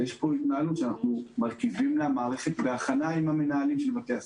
יש כאן התנהלות שאנחנו מרכיבים למערכת והכנה עם המנהלים של בית הספר.